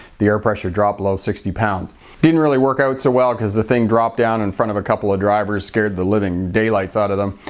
the air pressure dropped below sixty pounds. it didn't really work out so well because the thing drop down in front of a couple of drivers, scared the living daylights out of them,